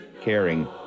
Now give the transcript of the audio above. caring